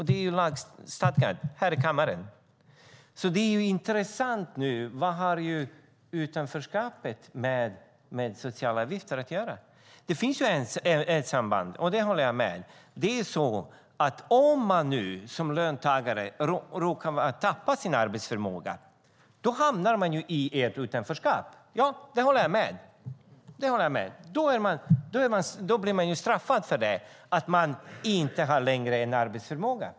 Det är lagstadgat här i kammaren. Det intressanta är: Vad har utanförskapet med sociala avgifter att göra? Det finns ett samband, det håller jag med om. Om man som löntagare råkar tappa sin arbetsförmåga hamnar man i ert utanförskap. Det håller jag med om. Då blir man straffad för att man inte längre har en arbetsförmåga.